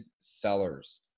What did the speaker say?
sellers